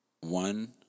one